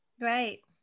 right